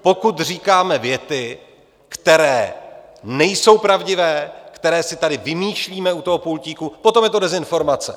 Pokud říkáme věty, které nejsou pravdivé, které si tady vymýšlíme u toho pultíku, potom je to dezinformace.